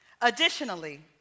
additionally